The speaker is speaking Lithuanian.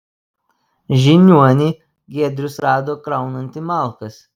žiniuonį giedrius rado kraunantį malkas